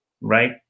Right